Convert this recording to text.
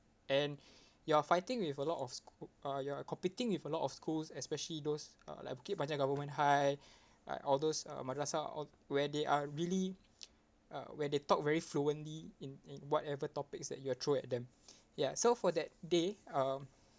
and you are fighting with a lot of schoo~ uh you're competing with a lot of schools especially those uh like bukit panjang government high like all those uh madrasah all where they are really uh where they talk very fluently in in whatever topics that you had throw at them ya so for that day um